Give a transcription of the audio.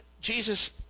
Jesus